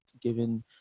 given